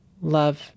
love